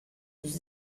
dos